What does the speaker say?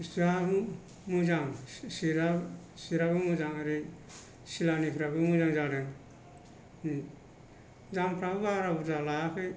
बुस्थुवा मोजां सिया सिटाबो मोजां आरो सिलानिफ्राबो मोजां जादों दामफ्राबो बारा बुरजा लायाखै